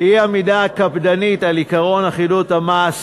אי-עמידה קפדנית על עקרון אחידות המס